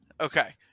Okay